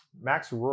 Max